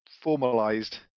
formalized